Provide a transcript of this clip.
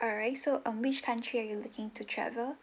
alright so um which country are you looking to travel